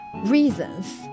reasons